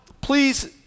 please